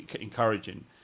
encouraging